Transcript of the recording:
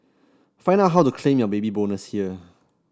find out how to claim your Baby Bonus here